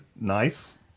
nice